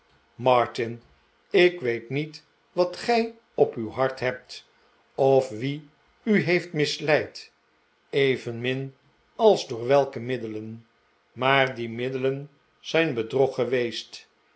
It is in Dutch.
martin ik weet niet wat gij op uw hart hebt of wie u heeft misleid evenmin als door welke middelen maar die middelen zijn bedrog geweest